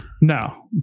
No